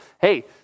Hey